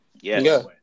yes